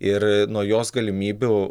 ir nuo jos galimybių